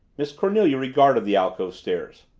miss cornelia regarded the alcove stairs.